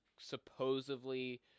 supposedly